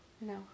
No